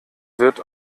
wird